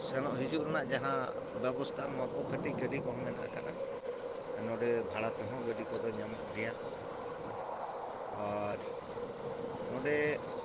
ᱥᱮᱱᱚᱜ ᱦᱤᱡᱩᱜ ᱨᱮᱱᱟᱜ ᱡᱟᱦᱟᱸ ᱵᱮᱵᱚᱥᱛᱟ ᱱᱚᱣᱟ ᱠᱚ ᱠᱟᱹᱴᱤᱡ ᱜᱟᱹᱰᱤ ᱠᱚᱦᱚᱸ ᱢᱮᱱᱟᱜ ᱠᱟᱜᱼᱟ ᱱᱚᱰᱮ ᱵᱷᱟᱲᱟ ᱛᱮᱦᱚᱸ ᱜᱟᱹᱰᱤ ᱠᱚᱫᱚ ᱧᱟᱢᱚᱜ ᱜᱮᱭᱟ ᱟᱨ ᱱᱚᱰᱮ